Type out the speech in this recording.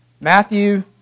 Matthew